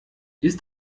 ist